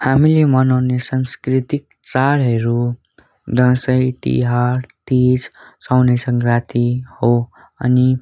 हामीले मनाउने सांस्कृतिक चाडहरू दसैँ तिहार तिज साउने सङ्क्रान्ति हो अनि